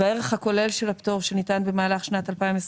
כשהערך הכולל של הפטור שניתן במהלך שנת 2021